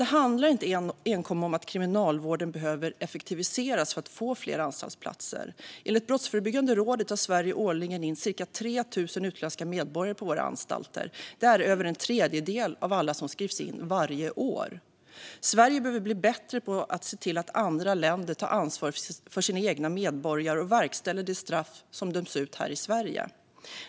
Det handlar inte endast om att Kriminalvården behöver effektiviseras för att få fler anstaltsplatser. Enligt Brottsförebyggande rådet tar Sverige årligen in cirka 3 000 utländska medborgare på våra anstalter. Det är över en tredjedel av alla som skrivs in varje år. Sverige behöver därför bli bättre på att se till att andra länder tar ansvar för sina egna medborgare och verkställer de straff som dömts ut här i Sverige.